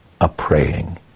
a-praying